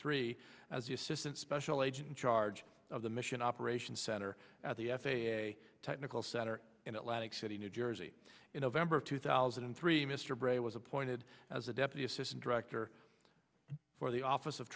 three as the assistant special agent in charge of the mission operations center at the f a a technical center in atlantic city new jersey in november of two thousand and three mr bray was appointed as a deputy assistant director for the office of